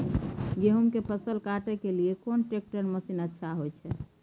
गेहूं के फसल काटे के लिए कोन ट्रैक्टर मसीन अच्छा होय छै?